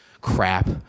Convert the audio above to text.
crap